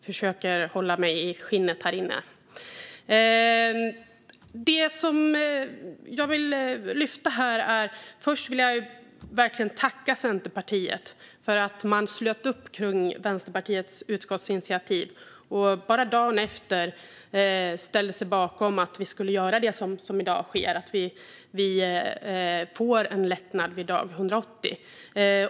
Först vill jag verkligen tacka Centerpartiet för att man slöt upp kring Vänsterpartiets utskottsinitiativ och bara dagen efter ställde sig bakom att vi skulle göra det som i dag sker: att vi får en lättnad vid dag 180.